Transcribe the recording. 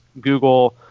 Google